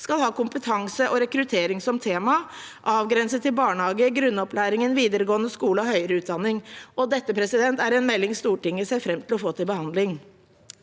skal ha kompetanse og rekruttering som tema, avgrenset til barnehage, grunnopplæring, videregående skole og høyere utdanning. Dette er en melding Stortinget ser fram til å få til behandling.